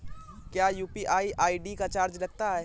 क्या UPI ID का charge लगता है?